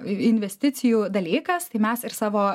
investicijų dalykas tai mes ir savo